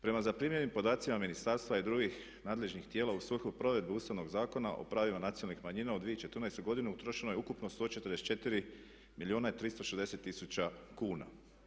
Prema zaprimljenim podacima ministarstva i drugih nadležnih tijela u svrhu provedbe Ustavnog zakona o pravima nacionalnih manjina u 2014. godini utrošeno je ukupno 144 milijuna i 360 tisuća kuna.